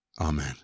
Amen